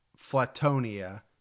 Flatonia